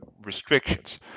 restrictions